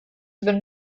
been